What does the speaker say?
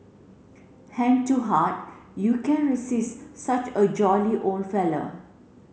hand to heart you can resist such a jolly old fellow